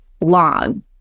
long